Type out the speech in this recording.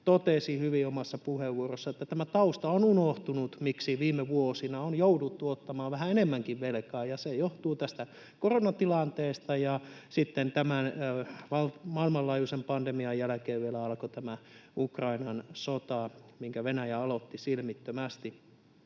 totesi hyvin omassa puheenvuorossaan, tämä tausta on unohtunut, miksi viime vuosina on jouduttu ottamaan vähän enemmänkin velkaa. Se johtuu koronatilanteesta ja siitä, että tämän maailmanlaajuisen pandemian jälkeen vielä alkoi Ukrainan sota, minkä Venäjä aloitti silmittömästi.